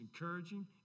encouraging